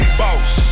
boss